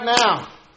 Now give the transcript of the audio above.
now